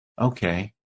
Okay